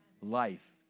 Life